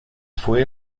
fue